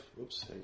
Oops